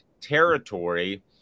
territory